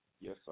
Yes